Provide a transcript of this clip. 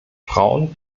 frauen